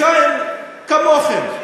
שפוליטיקאים כמוכם,